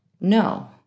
No